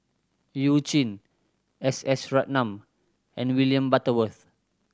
You Jin S S Ratnam and William Butterworth